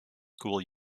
school